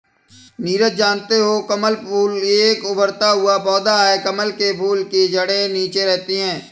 नीरज जानते हो कमल फूल एक उभरता हुआ पौधा है कमल के फूल की जड़े नीचे रहती है